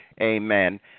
amen